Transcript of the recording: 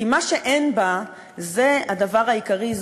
כי מה שאין בה זה הדבר העיקרי,